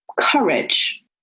courage